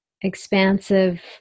expansive